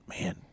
man